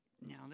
Now